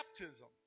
baptism